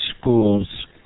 schools